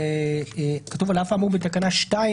כתוב 'על אף האמור בתקנה 2',